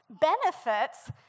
benefits